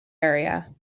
area